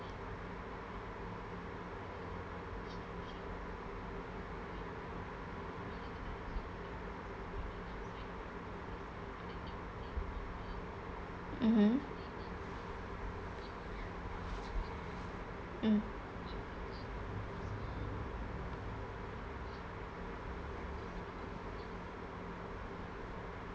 mmhmm mm